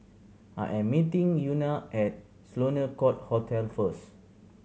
I am meeting Euna at Sloane Court Hotel first